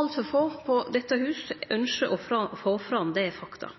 Altfor få i dette huset ynskjer å